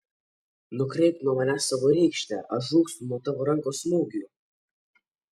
nukreipk nuo manęs savo rykštę aš žūstu nuo tavo rankos smūgių